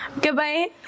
goodbye